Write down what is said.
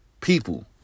people